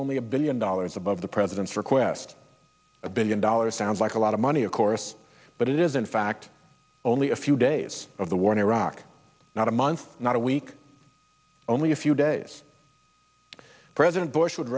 only a billion dollars above the president's request a billion dollars sounds like a lot of money of course but it is in fact only a few days of the war in iraq not a month not a week only a few days president bush would